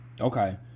okay